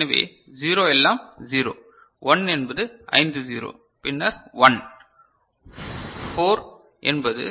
எனவே 0 எல்லாம் 0 1 என்பது ஐந்து 0 பின்னர் 1 4 என்பது